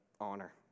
honor